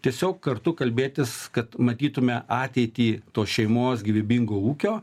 tiesiog kartu kalbėtis kad matytume ateitį to šeimos gyvybingo ūkio